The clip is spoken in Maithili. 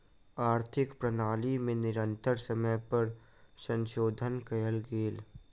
आर्थिक प्रणाली में निरंतर समय पर संशोधन कयल गेल